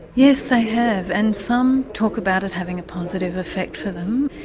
yes they have and some talk about it having a positive effect for them.